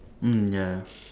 um ya